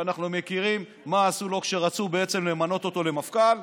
שאנחנו יודעים מה עשו לו כשרצו למנות אותו למפכ"ל,